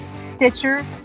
Stitcher